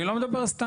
אני לא מדבר סתם.